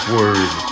word